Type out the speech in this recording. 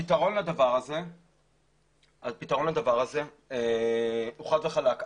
הפתרון לזה הוא חד וחלק,